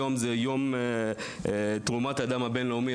היום הוא יום תרומת הדם הבינלאומי,